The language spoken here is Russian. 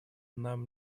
нам